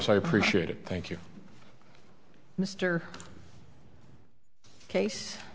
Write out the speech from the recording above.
i appreciate it thank you mr case